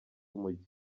umujyi